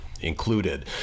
Included